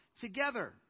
together